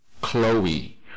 chloe